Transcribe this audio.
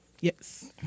Yes